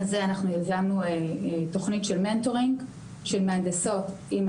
אני מביא פרספקטיבה לשולחן שמונעת מהניסיון שלי: דוקטורט בבן-גוריון,